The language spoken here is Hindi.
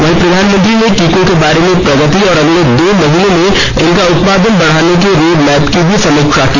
वहीं प्रधानमंत्री ने टीकों के बारे में प्र गति और अगले दो महीनों में इनका उत्पादन बढ़ाने के रोड मैप की भी समीक्षा की